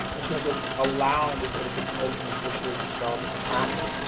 in terms of allowing this sort of displacement associated with development to happen.